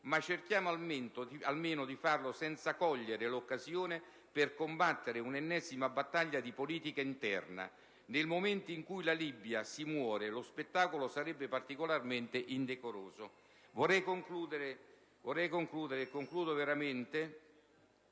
Ma cerchiamo almeno di farlo senza cogliere l'occasione per combattere una ennesima battaglia di politica interna. Nel momento in cui in Libia si muore lo spettacolo sarebbe particolarmente indecoroso». Vorrei concludere, signora Presidente,